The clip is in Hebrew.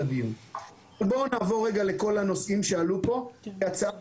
בוא נעבור לכל הנושאים שעלו פה כי הצעת